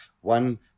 one